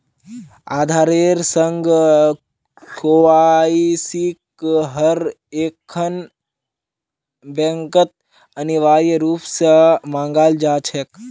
आधारेर संग केवाईसिक हर एकखन बैंकत अनिवार्य रूप स मांगाल जा छेक